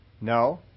No